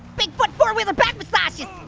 big foot four wheeler back massages.